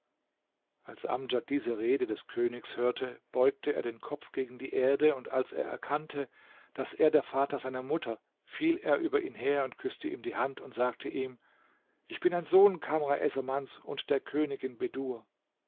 als amdjad diese rede des königs hörte beugte er den kopf gegen die erde und als er erkannte daß er der vater seiner mutter fiel er über ihn her und küßte ihm die hand und sagte ihm ich bin ein sohn kam essamans und der königin